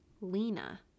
lena